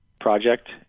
project